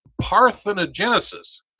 parthenogenesis